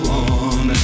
on